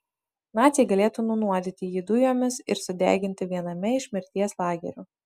naciai galėtų nunuodyti jį dujomis ir sudeginti viename iš mirties lagerių